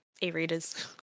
e-readers